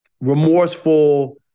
remorseful